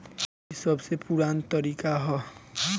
ई सबसे पुरान तरीका हअ